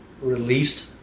released